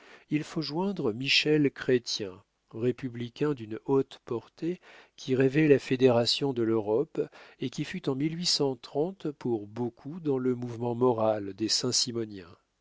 il faut joindre michel chrestien républicain d'une haute portée qui rêvait la fédération de l'europe et qui fut en pour beaucoup dans le mouvement moral des